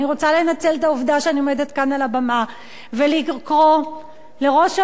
אני רוצה לנצל את העובדה שאני עומדת כאן על הבמה ולקרוא לראש הממשלה,